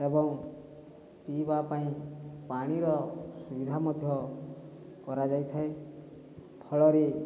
ଏବଂ ପିଇବା ପାଇଁ ପାଣିର ସୁବିଧା ମଧ୍ୟ କରାଯାଇଥାଏ ଫଳରେ